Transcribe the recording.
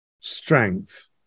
strength